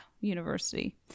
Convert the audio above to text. University